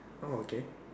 oh okay